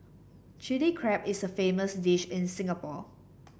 Chilli Crab is a famous dish in Singapore